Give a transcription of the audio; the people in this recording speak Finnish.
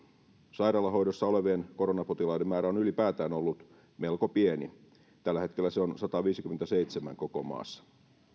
sairaalahoidossa olevien koronapotilaiden määrä on ylipäätään ollut melko pieni tällä hetkellä se on sataviisikymmentäseitsemän koko maassa